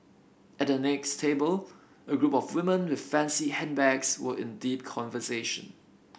at the next table a group of women with fancy handbags were in deep conversation